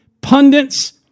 pundits